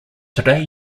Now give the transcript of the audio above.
today